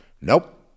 Nope